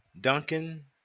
Duncan